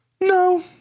No